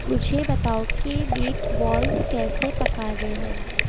مجھے بتاؤ کہ میٹ بالز کیسے پکانے ہیں